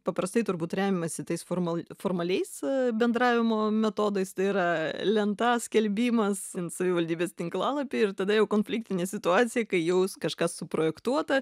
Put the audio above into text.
paprastai turbūt remiamasi tais formal formaliais bendravimo metodais tai yra lenta skelbimas savivaldybės tinklalapy ir tada jau konfliktinė situacija kai jau kažkas suprojektuota